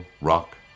rock